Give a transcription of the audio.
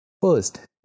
First